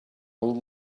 old